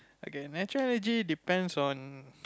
I guess natural energy depends on